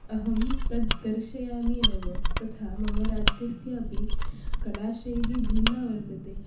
अहं तद् दर्शयामि एव तथा मम राज्यस्यापि कलाशैली भिन्ना वर्तते